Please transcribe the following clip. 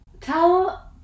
tell